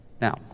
Now